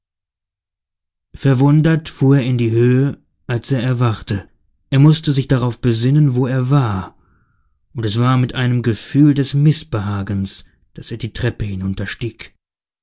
verwundert fuhr er in die höhe als er erwachte er mußte sich darauf besinnen wo er war und es war mit einem gefühl des mißbehagens daß er die treppe